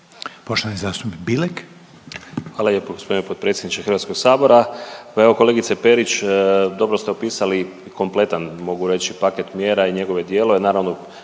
(Nezavisni)** Hvala lijepo g. potpredsjedniče HS. Pa evo kolegice Perić, dobro ste opisali kompletan mogu reći paket mjera i njegove dijelove,